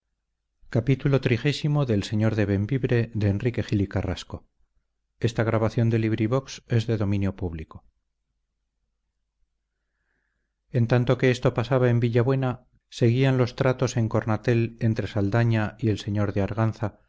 en tanto que esto pasaba en villabuena seguían los tratos en cornatel entre saldaña y el señor de arganza